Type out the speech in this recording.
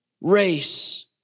race